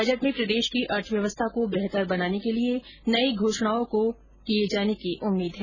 budget में प्रदेश की अर्थव्यवस्था को बेहतर बनाने के लिए नई घोषणाओं को किये जाने की उम्मीद है